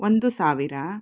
ಒಂದು ಸಾವಿರ